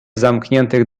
zamkniętych